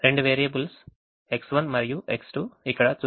రెండు variables X1 మరియు X2 ఇక్కడ చూపించబడ్డాయి